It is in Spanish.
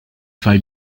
five